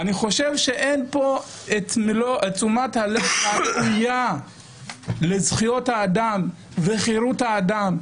אני חושב שאין פה מלוא תשומת הלב הראויה לזכויות האדם ולחירות האדם.